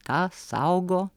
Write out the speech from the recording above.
ką saugo